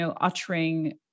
uttering